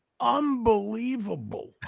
Unbelievable